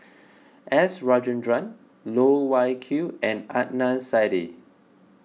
S Rajendran Loh Wai Kiew and Adnan Saidi